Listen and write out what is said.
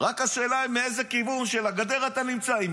רק השאלה היא מאיזה כיוון של הגדר אתה נמצא,